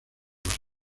los